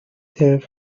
there